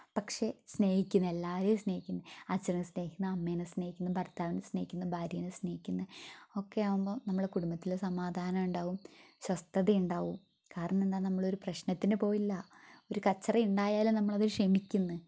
പക്ഷെ സ്നേഹിക്കുന്ന എല്ലാവരെയും സ്നേഹിക്കുന്നു അച്ഛനെ സ്നേഹിക്കുന്നു അമ്മേനെ സ്നേഹിക്കുന്നു ഭർത്താവിനെ സ്നേഹിക്കുന്നു ഭാര്യേനെ സ്നേഹിക്കുന്നു ഒക്കെ ആവുമ്പം നമ്മളെ കുടുംബത്തിൽ സമാധാനം ഉണ്ടാവും സ്വസ്ഥതയുണ്ടാവും കാരണം എന്താ നമ്മളൊരു പ്രശ്നത്തിന് പോയില്ല ഒരു കച്ചറ ഉണ്ടായാലും നമ്മളത് ക്ഷമിക്കുന്നു